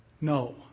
no